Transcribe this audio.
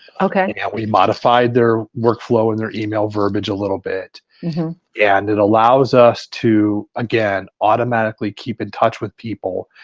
ah kind of yeah we modified their workflow and their email verbage a little bit and it allows us to again, automatically keep in touch with people.